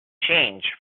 change